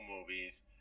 movies